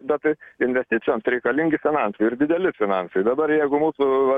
bet tai investicijoms tai reikalingi finansai ir dideli finansai dabar jeigu būtų